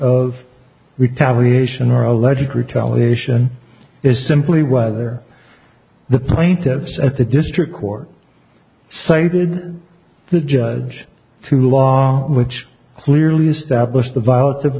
of retaliation or alleged retaliation is simply whether the plaintiffs at the district court cited the judge to law which clearly established the violence